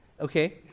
okay